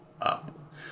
up